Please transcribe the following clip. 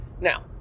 Now